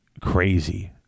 crazy